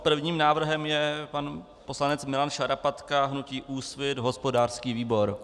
Prvním návrhem je pan poslanec Milan Šarapatka, hnutí Úsvit, hospodářský výbor.